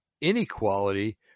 inequality